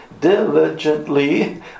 diligently